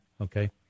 Okay